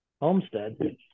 homestead